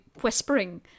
whispering